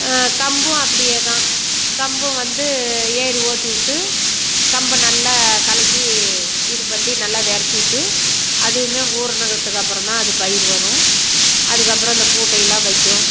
கம்பும் அப்படியேதான் கம்பும் வந்து ஏரு ஓட்டிவிட்டு கம்பை நல்லா கலக்கி இதுபண்ணி நல்லா வெறச்சுவிட்டு அதுவுமே ஊறுனதுக்கு அப்புறந்தான் அது பயிர் வரும் அதுக்கப்புறம் அந்த பூட்டையெல்லாம் வைக்கும்